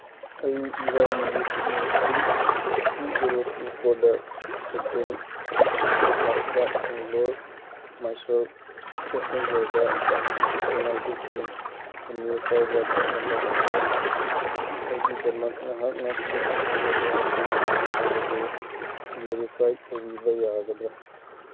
ꯑꯩ ꯏꯔꯥꯏ ꯅꯨꯃꯤꯠ May three two zero two ꯐꯣꯔꯗ ꯁꯦꯀꯦꯟ ꯁꯤꯇꯤꯡ ꯀ꯭ꯂꯥꯁꯇ ꯕꯦꯡꯒ꯭ꯂꯣꯔ ꯃꯥꯏꯁꯨꯔ ꯄꯦꯁꯦꯟꯖꯔꯗ ꯆꯦꯅꯥꯏꯗꯒꯤ ꯄꯨꯅꯦ ꯐꯥꯎꯕ ꯆꯠꯅꯕ ꯍꯣꯠꯅꯔꯤ ꯑꯩꯒꯤꯗꯃꯛ ꯅꯍꯥꯛꯅ ꯁꯤꯠ ꯐꯪꯒꯗ꯭ꯔꯥ ꯐꯪꯉꯣꯏꯗ꯭ꯔꯥ ꯍꯥꯏꯕꯗꯨ ꯚꯦꯔꯤꯐꯥꯏ ꯇꯧꯕꯤꯕ ꯌꯥꯒꯗ꯭ꯔꯥ